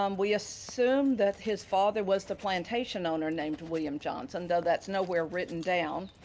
um we assume that his father was the plantation owner named william johnson, though that's nowhere written down.